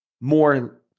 more